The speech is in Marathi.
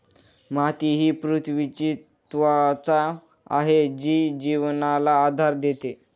माती ही पृथ्वीची त्वचा आहे जी जीवनाला आधार देते